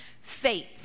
faith